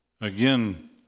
Again